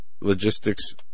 logistics